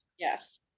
Yes